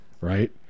right